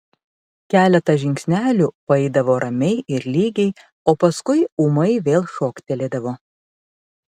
keletą žingsnelių paeidavo ramiai ir lygiai o paskui ūmai vėl šoktelėdavo